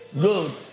good